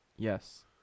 Yes